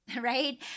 right